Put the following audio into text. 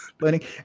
learning